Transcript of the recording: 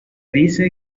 dice